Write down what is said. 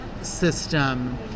system